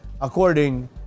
according